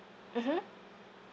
mmhmm